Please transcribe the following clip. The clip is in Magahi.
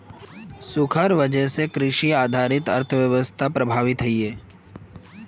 सुखार वजह से कृषि आधारित अर्थ्वैवास्था प्रभावित होइयेह